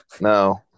no